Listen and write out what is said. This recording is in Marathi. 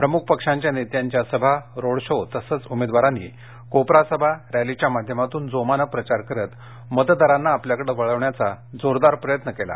प्रमुख पक्षांच्या नेत्यांच्या सभा रोड शो तसंच उमेदवारांनी कोपरा सभा रॅलीच्या माध्यमातून जोमाने प्रचार करत मतदारांना आपल्याकडे वळवण्याचा जोरदार प्रयत्न केला